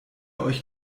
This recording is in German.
euch